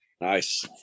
Nice